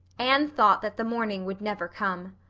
anne thought that the morning would never come.